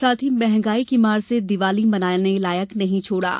साथ ही महंगाई की मार से दीपावली मनाने लायक नहीं छोड़ा है